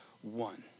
one